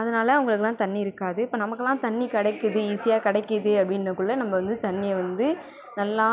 அதனால அவங்களுக்குலாம் தண்ணி இருக்காது இப்போ நமக்கெலாம் தண்ணி கிடைக்குது ஈஸியாக கிடைக்குது அப்படிங்கக்குள்ள நம்ப வந்து தண்ணியை வந்து நல்லா